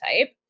type